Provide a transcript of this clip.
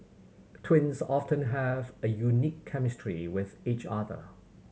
twins often have a unique chemistry with each other